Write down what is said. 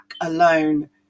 alone